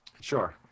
sure